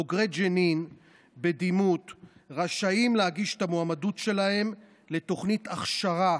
בוגרי ג'נין בדימות רשאים להגיש את המועמדות שלהם לתוכנית הכשרה